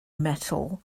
metal